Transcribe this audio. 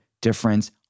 difference